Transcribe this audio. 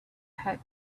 had